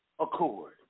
accord